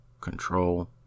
Control